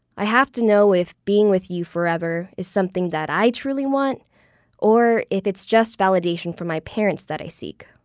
i have to know if being with you forever is something that i truly want or if it's just validation from my parents that i seek.